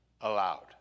Allowed